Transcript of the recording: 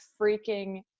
freaking